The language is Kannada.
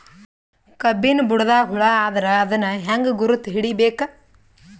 ಕಬ್ಬಿನ್ ಬುಡದಾಗ ಹುಳ ಆದರ ಅದನ್ ಹೆಂಗ್ ಗುರುತ ಹಿಡಿಬೇಕ?